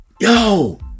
Yo